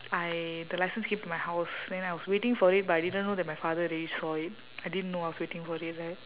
I the license came to my house then I was waiting for it but I didn't know that my father already saw it I didn't know I was waiting for it right